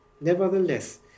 Nevertheless